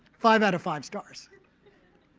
five out of five stars.